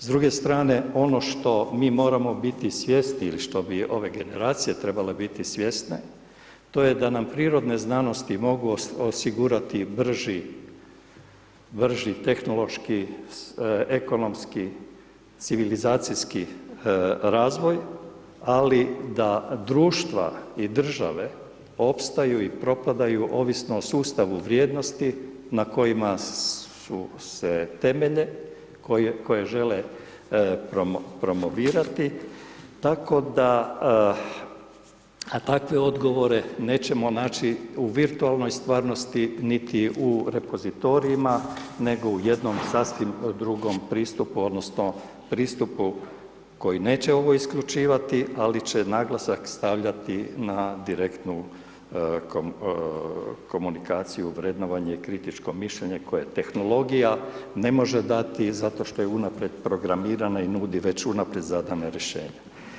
S druge strane, ono što mi moramo biti svjesni ili što bi ove generacije trebale biti svjesne, to je da nam prirodne znanosti mogu osigurati brži tehnološki, ekonomski, civilizacijski razvoj, ali da društva i države, opstaju i propadaju ovisno o sustavu vrijednosti na kojima su se temelje, koje žele promovirati, tako da, a takve odgovore nećemo naći u virtualnom stvarnosti, niti u repozitorijima nego u jednom sasvim drugom pristupu, odnosno pristupu koji neće ovo isključivati, ali će naglasak stavljati na direktnu komunikaciju, vrednovanje, kritičko mišljenje koje tehnologija ne može dati zato što je unaprijed programirana i nudi već unaprijed zadana rješenja.